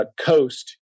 coast